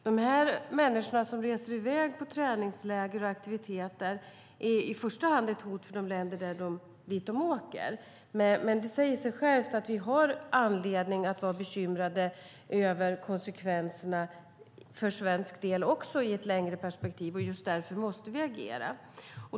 De människor som reser i väg på träningsläger och aktiviteter är i första hand ett hot mot de länder de åker till, men det säger sig självt att vi i ett längre perspektiv har anledning att vara bekymrade över konsekvenserna också för svensk del. Därför måste vi agera.